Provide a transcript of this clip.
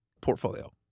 portfolio